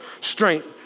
strength